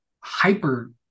hyper